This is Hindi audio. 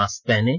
मास्क पहनें